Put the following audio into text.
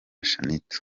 shanitah